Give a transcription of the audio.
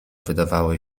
wydawały